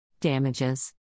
Damages